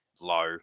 low